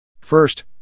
First